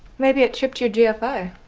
maybe it tripped your gfi. ah